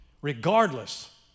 regardless